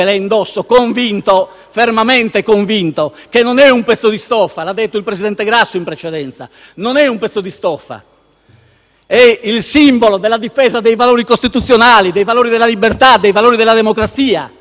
fermamente convinto, che non sia un pezzo di stoffa. L'ha detto il presidente Grasso in precedenza: non è un pezzo di stoffa. È il simbolo della difesa dei valori costituzionali, dei valori della libertà, dei valori della democrazia e della legalità